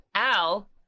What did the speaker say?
Al